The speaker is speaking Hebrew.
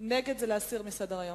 נגד, להסיר מסדר-היום.